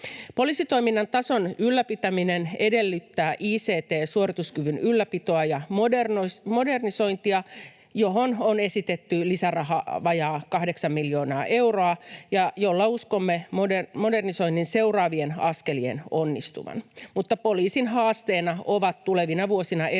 Poliisitoiminnan tason ylläpitäminen edellyttää ict-suorituskyvyn ylläpitoa ja modernisointia, johon on esitetty lisärahaa vajaa kahdeksan miljoonaa euroa, millä uskomme modernisoinnin seuraavien askelien onnistuvan. Mutta poliisin haasteena ovat tulevina vuosina erityisesti